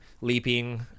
leaping